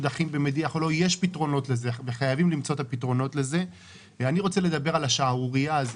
אני רוצה לדבר על השערורייה: